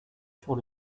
sur